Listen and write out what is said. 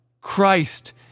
Christ